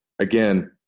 again